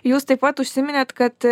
jūs taip pat užsiminėt kad